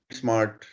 smart